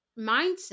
mindset